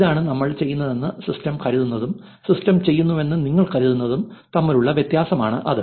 ഇതാണ് നമ്മൾ ചെയ്യുന്നതെന്ന് സിസ്റ്റം കരുതുന്നതും സിസ്റ്റം ചെയ്യുന്നുവെന്ന് നിങ്ങൾ കരുതുന്നതും തമ്മിലുള്ള വ്യത്യാസമാണ് അത്